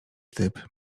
typ